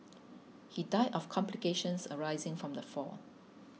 he died of complications arising from the fall